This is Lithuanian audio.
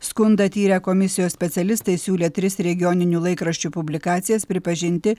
skundą tyrę komisijos specialistai siūlė tris regioninių laikraščių publikacijas pripažinti